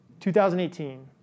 2018